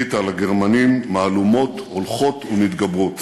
הנחית על הגרמנים מהלומות הולכות ומתגברות,